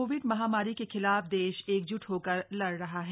Covid महामारी के खिलाफ देश एकजुट होकर लड़ रहा है